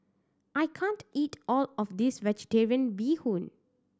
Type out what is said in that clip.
I can't eat all of this Vegetarian Bee Hoon